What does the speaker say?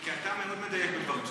כן, אתה מאוד מדייק בדברים שלך.